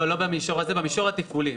לא, לא במישור הזה, במישור התפעולי.